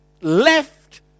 left